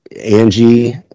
Angie